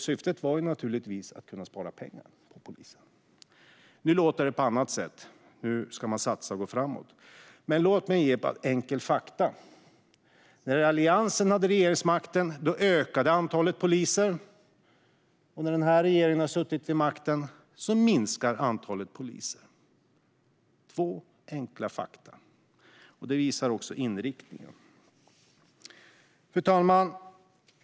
Syftet var naturligtvis att kunna spara pengar på polisen. Nu låter det på annat sätt. Nu ska man satsa och gå framåt. Men låt mig nämna några enkla fakta. När Alliansen hade regeringsmakten ökade antalet poliser. Under den här regeringens tid vid makten har antalet poliser minskat. Det är två enkla fakta. De visar också inriktningen. Fru talman!